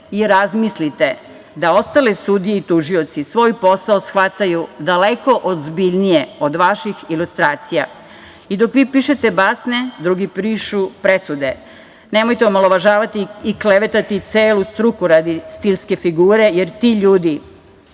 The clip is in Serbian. i razmislite da ostale sudije i tužioci svoj posao shvataju daleko ozbiljnije od vaših ilustracija. I dok vi pišete basne, drugi pišu presude. Nemojte omalovažavati i klevetati celu struku radi stilske figure, jer ti ljudi